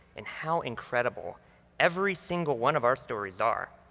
and how incredible every single one of our stories are.